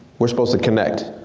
we're supposed to connect,